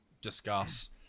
discuss